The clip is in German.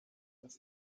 ans